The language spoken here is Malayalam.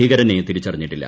ഭീകരനെ തിരിച്ചറിഞ്ഞിട്ടില്ല